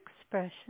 expression